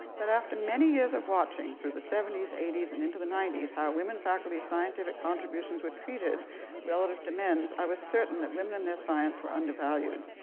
but after many years of watching through the seventy s, eighty s, and into the ninety s, how women faculty's scientific contributions were treated relative to men's, i was certain that women in science were undervalued.